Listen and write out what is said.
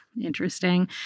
Interesting